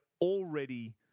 already